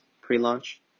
Pre-launch